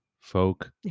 folk